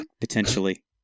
Potentially